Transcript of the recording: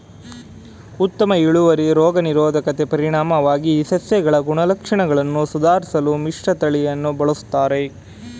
ಉತ್ತಮ ಇಳುವರಿ ರೋಗ ನಿರೋಧಕತೆ ಪರಿಣಾಮವಾಗಿ ಸಸ್ಯಗಳ ಗುಣಲಕ್ಷಣಗಳನ್ನು ಸುಧಾರ್ಸಲು ಮಿಶ್ರತಳಿನ ಬಳುಸ್ತರೆ